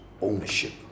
ownership